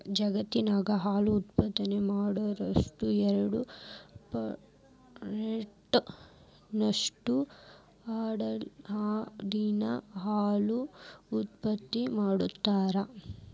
ಜಗತ್ತಿನ್ಯಾಗ ಹಾಲು ಉತ್ಪಾದನೆ ಮಾಡೋದ್ರಾಗ ಎರಡ್ ಪರ್ಸೆಂಟ್ ನಷ್ಟು ಆಡಿನ ಹಾಲು ಉತ್ಪಾದನೆ ಮಾಡ್ತಾರ